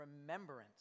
remembrance